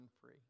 free